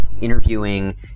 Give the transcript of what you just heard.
interviewing